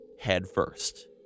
headfirst